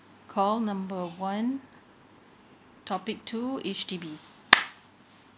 call number one topic two H_D_B